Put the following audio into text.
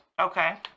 Okay